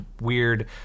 weird